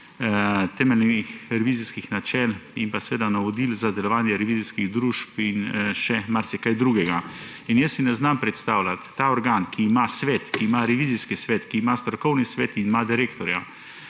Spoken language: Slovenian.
temeljnih revizijskih načel in seveda navodil za delovanje revizijskih družb in še marsikaj drugega. Ne si znam predstavljati, ta organ, ki ima svet, ki ima Revizijski svet, ki ima Strokovni svet, ima direktorja.